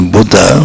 Buddha